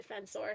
defensor